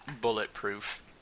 Bulletproof